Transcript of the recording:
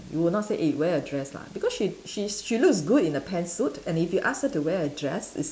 you will not say eh wear a dress lah because she she's she looks good in a pantsuit and if you ask her to wear a dress it's